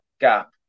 gap